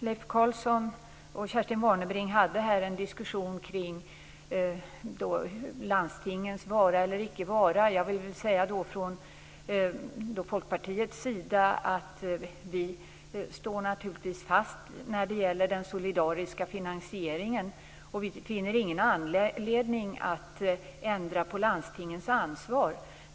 Leif Carlson och Kerstin Warnerbring förde här en diskussion kring landstingens vara eller icke vara. Från Folkpartiets sida vill jag säga att vi naturligtvis står fast vid den solidariska finansieringen. Vi finner ingen anledning att ändra på landstingens ansvar.